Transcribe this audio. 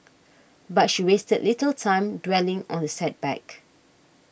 but she wasted little time dwelling on the setback